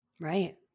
Right